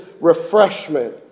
refreshment